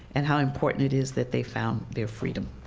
and how important it is that they found their freedom.